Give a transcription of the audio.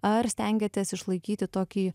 ar stengiatės išlaikyti tokį